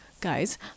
guys